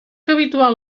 habitual